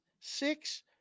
six